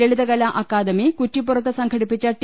ലളിതകലാ അക്കാദമി കുറ്റിപ്പുറത്ത് സംഘടിപ്പ ടി